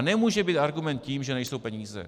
Nemůže být argument ten, že nejsou peníze.